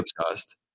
obsessed